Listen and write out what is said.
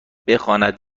بخواند